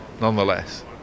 nonetheless